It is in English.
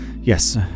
Yes